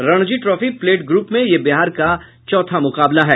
Ranji trophy plate group में यह बिहार का यह चौथा मुकाबला है